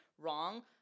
wrong